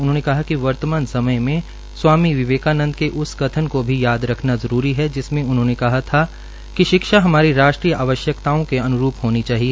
उन्होंने कहा कि वर्तमान समय में स्वामी विवेकानन्द के उस कथन को भी याद रखना जरूरी है जिसमें उन्होंने कहा था कि शिक्षा हमारी राष्ट्रीय आवश्यकताओं के अन्रूप होनी चाहिए